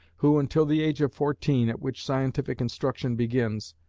who, until the age of fourteen, at which scientific instruction begins,